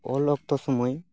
ᱚᱞ ᱚᱠᱛᱚ ᱥᱳᱢᱳᱭ